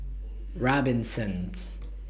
Robinsons